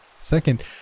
Second